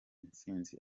intsinzi